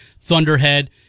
thunderhead